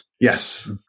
Yes